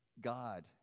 God